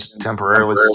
temporarily